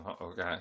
Okay